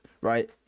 right